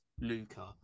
Luca